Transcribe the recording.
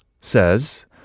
says